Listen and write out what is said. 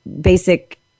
basic